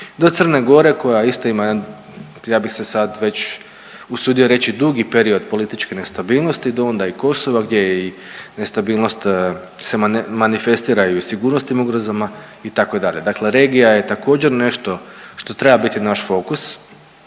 do Crne Gora koja isto ima jedan ja bi se sad usudio reći dugi period političke nestabilnosti do onda i Kosova gdje je nestabilnost se manifestira i u sigurnosnim ugrozama itd. Dakle, regija je također nešto što treba biti naš fokus